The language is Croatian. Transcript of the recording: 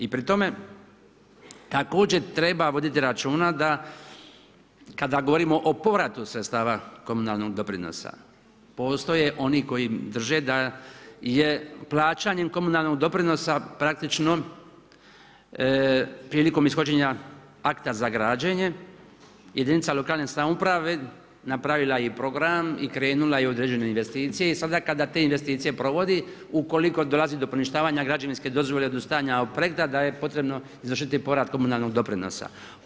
I pri tome, također treba voditi računa da kada govorimo o povratu sredstava komunalnog doprinosa, postoje oni koji drže da je plaćanjem komunalnog doprinosa praktično prilikom ishođenja akta za građenje, jedinica lokalne samouprave napravila i program i krenula u određene investicije i sada kada te investicije provodi, ukoliko dolazi do poništavanja građevinske dozvole, odustajanja od projekata, da je potrebno izvršiti povratkom komunalnog doprinosa.